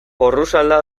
porrusalda